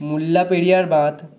Mullaperiyar Bandh